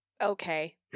okay